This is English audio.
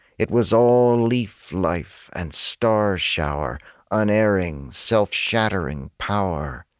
it was all leaflife and starshower unerring, self-shattering power,